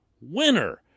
winner